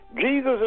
Jesus